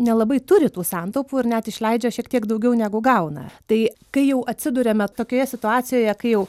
nelabai turi tų santaupų ir net išleidžia šiek tiek daugiau negu gauna tai kai jau atsiduriame tokioje situacijoje kai jau